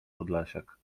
podlasiak